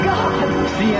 God